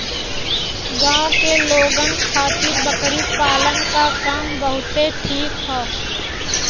गांव के लोगन खातिर बकरी पालना क काम बहुते ठीक हौ